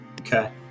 Okay